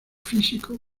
físico